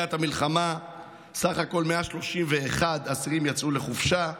מתחילת המלחמה סך הכול 131 אסירים יצאו לחופשה.